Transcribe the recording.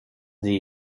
sie